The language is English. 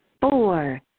Four